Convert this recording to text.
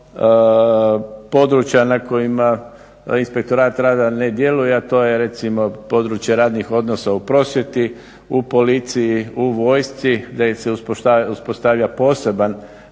područja na kojima inspektorat rada ne djeluje a to je recimo područje radnih odnosa u prosvjeti, u policiji, u vojsci, da im se uspostavlja poseban